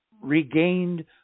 regained